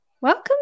Welcome